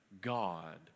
God